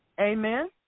Amen